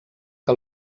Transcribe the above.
que